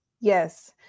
Yes